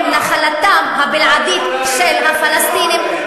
הם נחלתם הבלעדית, של הפלסטינים.